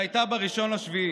שהייתה ב-1 ביולי.